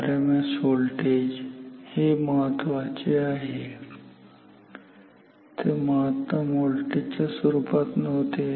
RMS voltage हे महत्त्वाचे आहे ते महत्तम व्होल्टेज च्या स्वरूपात नव्हते